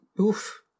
oof